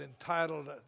entitled